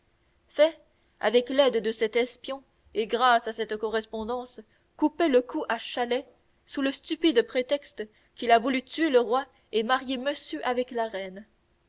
fait avec l'aide de cet espion et grâce à cette correspondance couper le cou à chalais sous le stupide prétexte qu'il a voulu tuer le roi et marier monsieur avec la reine